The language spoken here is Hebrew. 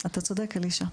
אתה צודק, אלישע,